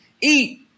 eat